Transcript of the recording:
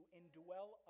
indwell